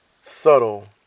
subtle